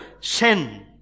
sin